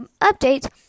update